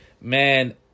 Man